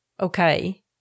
Okay